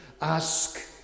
ask